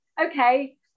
okay